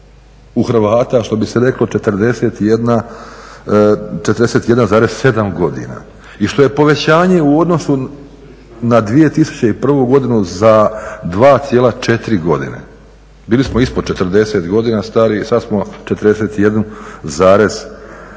u hrvata što bi se reklo 41,7 godina. I što je povećanje u odnosu na 2001. godinu za 2,4 godine. Bili smo ispod 40 godina stari, sada smo 41,7